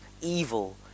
evil